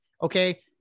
Okay